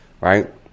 Right